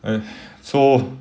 eh so